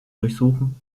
durchsuchen